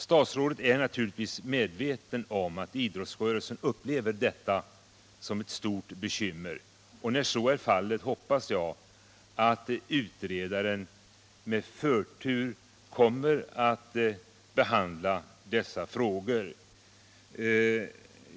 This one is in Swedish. Statsrådet är naturligtvis medveten om att idrottsrörelsen upplever de här problemen som mycket bekymmersamma, och när så är fallet hoppas jag att utredningen med förtur kommer att behandla dessa frågor.